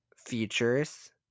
features